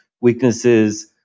weaknesses